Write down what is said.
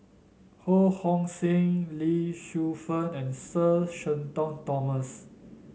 Ho Hong Sing Lee Shu Fen and Sir Shenton Thomas